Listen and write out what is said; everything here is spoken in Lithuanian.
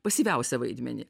pasyviausią vaidmenį